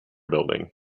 building